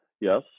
Yes